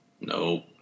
Nope